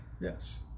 Yes